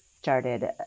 started